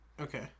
okay